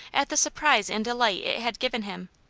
at the surprise and delight it had given him.